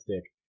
stick